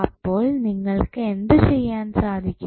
അപ്പോൾ നിങ്ങൾക്ക് എന്ത് ചെയ്യാൻ സാധിക്കും